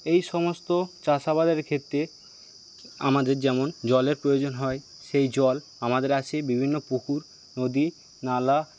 এই সমস্ত চাষাবাদের ক্ষেত্রে আমাদের যেমন জলের প্রয়োজন হয় সেই জল আমাদের আসে বিভিন্ন পুকুর নদী নালা